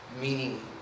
meaning